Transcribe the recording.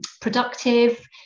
productive